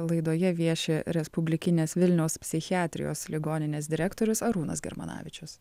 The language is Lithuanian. laidoje vieši respublikinės vilniaus psichiatrijos ligoninės direktorius arūnas germanavičius